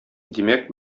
димәк